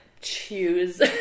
choose